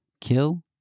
kill